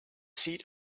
seat